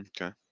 Okay